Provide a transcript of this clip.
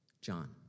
John